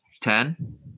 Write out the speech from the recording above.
ten